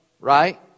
right